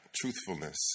truthfulness